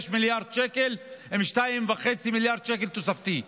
מיליארד שקל עם 2.5 מיליארד שקל תוספתי.